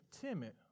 timid